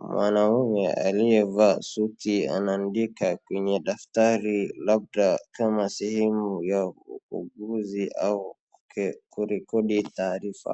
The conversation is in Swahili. Mwanaume aliyevaa suti anaandika kwenye daftari labda kama sehemu ya uchuuzi ama kurekodi taarifa.